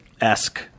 esque